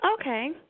Okay